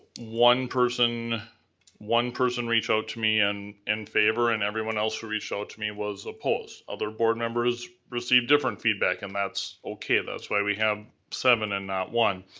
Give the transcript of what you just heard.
one person one person reach out to me and in favor and everyone else who reach out to me was opposed. other board members received different feedback and that's okay. that's why we have seven and not one.